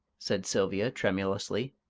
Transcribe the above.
said sylvia, tremulously,